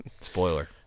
Spoiler